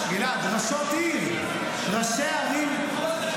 גלעד, ראשות עיר, ראשי ערים.